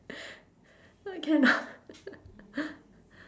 can or not